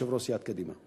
יושב-ראש סיעת קדימה.